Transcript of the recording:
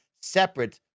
separate